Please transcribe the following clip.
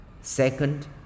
second